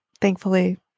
thankfully